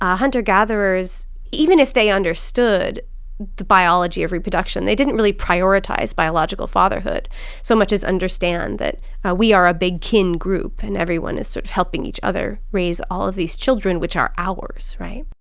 ah hunter gatherers even if they understood the biology of reproduction, they didn't really prioritize bio logical fatherhood so much as understand that we are a big kin group and everyone is sort of help ing each other raise all of these children which are ours, right?